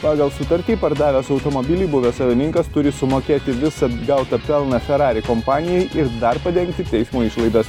pagal sutartį pardavęs automobilį buvęs savininkas turi sumokėti visą gautą pelną ferrari kompanijai ir dar padengti teismo išlaidas